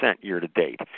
year-to-date